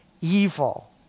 evil